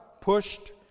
pushed